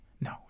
No